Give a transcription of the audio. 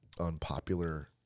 unpopular